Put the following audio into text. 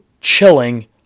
chilling